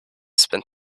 spent